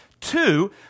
Two